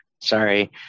Sorry